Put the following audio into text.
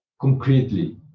concretely